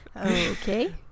Okay